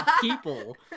people